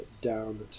down